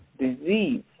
disease